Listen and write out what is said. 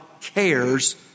cares